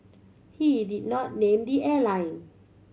he did not name the airline